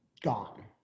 gone